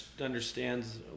understands